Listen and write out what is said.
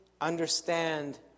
understand